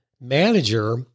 manager